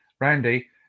Randy